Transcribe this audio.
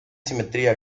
simetría